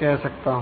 कह सकता हूं